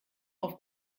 auf